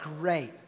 great